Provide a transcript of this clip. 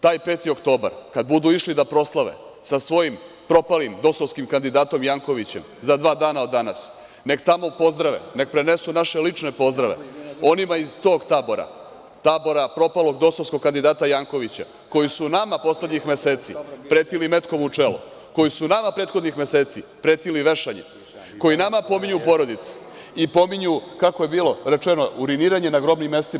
Taj 5. oktobar kad budu išli da proslave sa svojim propalim dosovskim kandidatom Jankovićem, za dva dana od danas, neka tamo pozdrave, neka prenesu naše lične pozdrave onima iz tog tabora, tabora propalog dosovskog kandidata Jankovića, koji su nama poslednjih meseci pretili metkom u čelo, koji su nama prethodnih meseci pretili vešanjem, koji nama pominju porodice i pominju, kako je bilo rečeno, uriniranje na grobnim mestima.